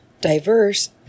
diverse